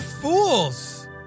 fools